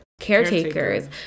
caretakers